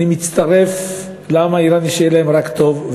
אני מצטרף לעם האיראני, שיהיה להם רק טוב.